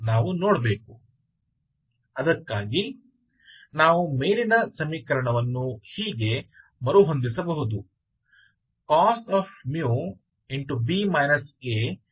उसके लिए हम उपरोक्त समीकरण को इस प्रकार पुनर्व्यवस्थित कर सकते हैं